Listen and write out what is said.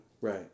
Right